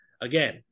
again